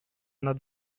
una